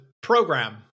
program